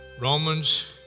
Romans